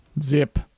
Zip